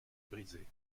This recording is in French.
brisé